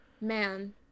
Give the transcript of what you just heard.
man